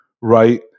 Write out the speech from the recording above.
right